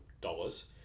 dollars